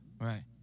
Right